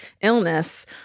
illness